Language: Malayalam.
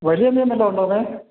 വലിയ മീൻ വല്ലതും ഉണ്ടോ അവിടെ